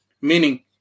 meaning